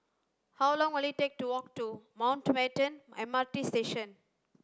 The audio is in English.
how long will it take to walk to Mountbatten M R T Station